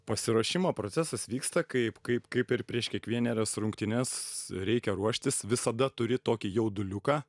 pasiruošimo procesas vyksta kaip kaip kaip ir prieš kiekvienerias rungtynes reikia ruoštis visada turi tokį jauduliuką